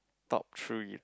top three